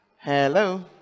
hello